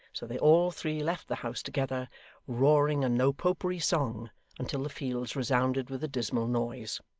so they all three left the house together roaring a no-popery song until the fields resounded with the dismal noise.